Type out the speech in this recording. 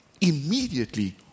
immediately